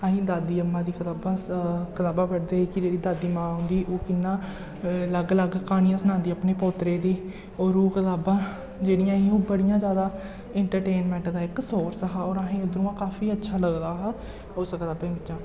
असें गी दादी अम्मा दी किताबां कताबां पढ़दे ही कि जेह्ड़ी दादी मां ही ओह् कि'यां अलग अलग क्हानियां सनांदी अपने पोतरे गी और ओह् कताबां जेह्ड़ियां ही ओह् बड़ियां जैदा इंटरटेनमैंट दा इक सोर्स हा और असें गी उद्धर दा काफी अच्छा लगदा हा उस कताबै बिच्चा